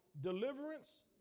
deliverance